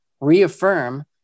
reaffirm